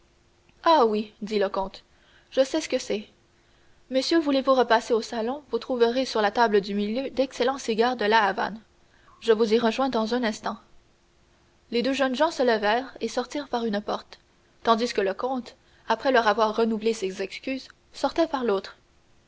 ah oui dit le comte je sais ce que c'est messieurs voulez-vous repasser au salon vous trouverez sur la table du milieu d'excellents cigares de la havane je vous y rejoins dans un instant les deux jeunes gens se levèrent et sortirent par une porte tandis que le comte après leur avoir renouvelé ses excuses sortait par l'autre